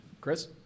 Chris